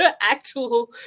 actual